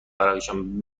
برایشان